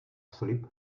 slib